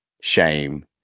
shame